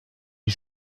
les